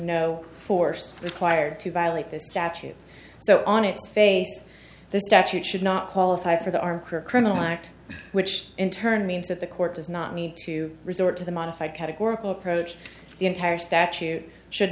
no force required to violate this statute so on its face the statute should not qualify for the armed criminal act which in turn means that the court does not need to resort to the modified categorical approach the entire statute should